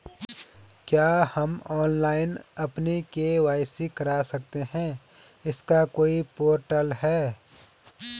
क्या हम ऑनलाइन अपनी के.वाई.सी करा सकते हैं इसका कोई पोर्टल है?